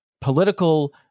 political